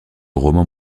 roman